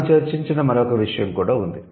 మనం చర్చించిన మరొక విషయం కూడా ఉంది